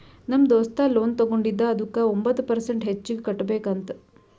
ನಮ್ ದೋಸ್ತ ಲೋನ್ ತಗೊಂಡಿದ ಅದುಕ್ಕ ಒಂಬತ್ ಪರ್ಸೆಂಟ್ ಹೆಚ್ಚಿಗ್ ಕಟ್ಬೇಕ್ ಅಂತ್